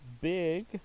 big